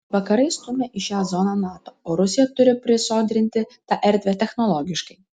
vakarai stumia į šią zoną nato o rusija turi prisodrinti tą erdvę technologiškai